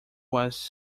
was